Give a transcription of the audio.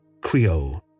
Creole